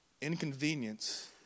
inconvenience